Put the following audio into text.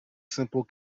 simple